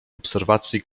obserwacji